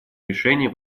решения